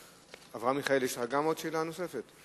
אברהם מיכאלי, יש לך גם שאלה נוספת?